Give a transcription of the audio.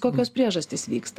kokios priežastys vyksta